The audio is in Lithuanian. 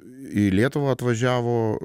į lietuvą atvažiavo